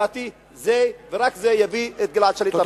ולדעתי, רק זה יביא את גלעד שליט הביתה.